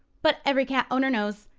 but every cat owner knows,